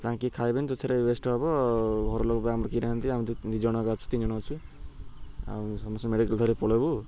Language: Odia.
ତାଙ୍କେ ଖାଇବେନି ତ ୱେଷ୍ଟ ହେବ ଘର ଲୋକ ଆମର କେହି ନାହାନ୍ତି ଆମେ ଦୁଇ ଜଣକା ଅଛୁ ତିନି ଜଣ ଅଛୁ ଆଉ ସମସ୍ତେ ମେଡ଼ିକାଲ୍ ଧରି ପଳେଇବୁ